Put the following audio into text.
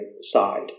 side